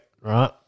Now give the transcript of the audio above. right